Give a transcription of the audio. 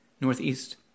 northeast